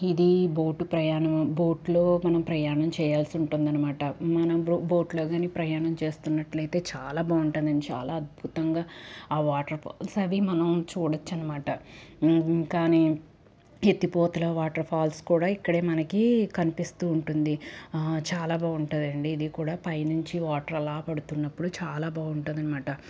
ఇది బోటు ప్రయాణం బోటులో మనం ప్రయాణం చేయాల్సి ఉంటుందనమాట మనం బోటులో కానీ ప్రయాణం చేస్తున్నట్లయితే చాలా బాగుంటుంది అని చాలా అద్భుతంగా ఆ వాటర్ ఫాల్స్ అవి మనం చూడచ్చు అనమాట ఇంకానే ఎత్తిపోతలు వాటర్ ఫాల్స్ కూడా ఇక్కడే మనకి కనిపిస్తూ ఉంటుంది చాలా బాగుంటుంది అండి ఇది కూడా పై నుంచి వాటర్ అలా పడుతున్నప్పుడు చాలా బాగుంటుందనమాట